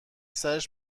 سرش